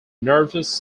nervous